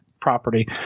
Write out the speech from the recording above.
property